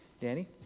Danny